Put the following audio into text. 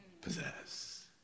possess